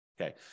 Okay